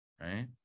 Right